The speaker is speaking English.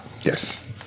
Yes